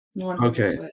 Okay